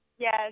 Yes